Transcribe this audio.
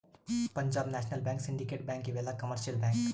Punjab national bank syndicate bank ಇವೆಲ್ಲ commercial bank